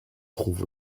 trouve